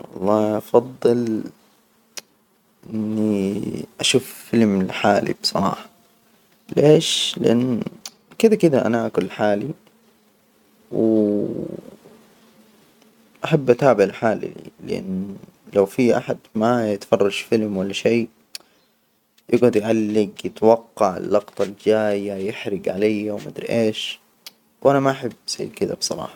والله أفضل إني أشوف فيلم لحالي بصراحة ليش؟ لأن كده- كده أنا أكل لحالي و أحب أتابع لحالي، لأن لو في أحد ما يتفرج فيلم ولا شي، يجعد يعلق، يتوقع اللجطة الجاية، يحرج عليا ومدري إيش، وأنا ما أحب زي كذا بصراحة.